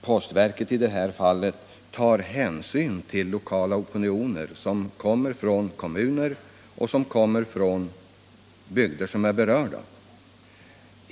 postverket i sådana här sammanhang tar hänsyn till lokala opinioner inom berörda bygder och kommuner.